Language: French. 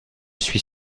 suis